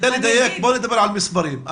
בוא נדבר על מספרים.